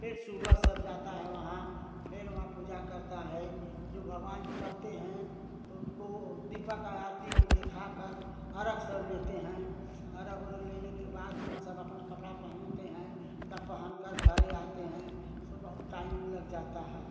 फिर सुबह सब जाता है वहाँ फिर वहाँ पूजा करता है जो भगवान निकलते हैं तो उनको दीपक का आरती को देखा कर अर्घ सब लेते हैं अर्घ ओरघ लेने के बाद में सब अपन कपड़ा पहनते हैं तब पहन कर घरे आते हैं सब बहुत टाइम लग जाता है